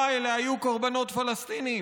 איזה ארגון ששולט, בעצם זה ארגון מדינתי,